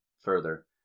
further